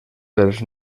pels